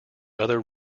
other